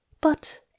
But